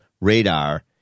radar